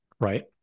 right